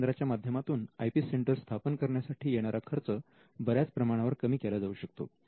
या केंद्राच्या माध्यमातून आय पी सेंटर स्थापन करण्यासाठी येणारा खर्च बऱ्याच प्रमाणावर कमी केला जाऊ शकतो